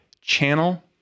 channel